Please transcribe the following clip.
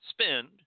spend